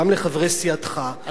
גם לחברי סיעתך,